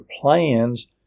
plans